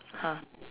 !huh!